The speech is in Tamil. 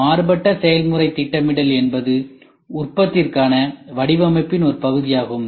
மாறுபட்ட செயல்முறை திட்டமிடல் என்பது உற்பத்திக்கான வடிவமைப்பின் ஒரு பகுதியாகும்